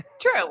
true